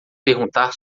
perguntar